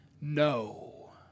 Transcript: No